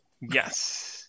Yes